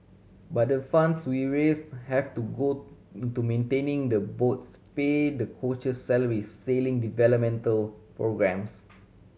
but the funds we raise have to go into maintaining the boats pay the coach salaries sailing developmental programmes